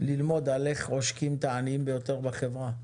ללמוד איך עושקים את העניים ביותר בחברה.